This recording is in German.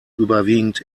überwiegend